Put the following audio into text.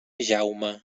jaume